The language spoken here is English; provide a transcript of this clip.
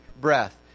breath